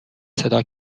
صدا